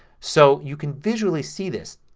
so you can visually see this.